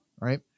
right